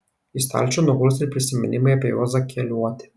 į stalčių nuguls ir prisiminimai apie juozą keliuotį